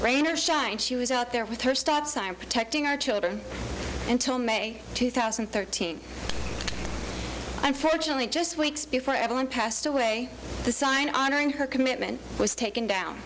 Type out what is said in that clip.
rain or shine she was out there with her stop sign protecting our children until may two thousand and thirteen unfortunately just weeks before evelyn passed away the sign honoring her commitment was taken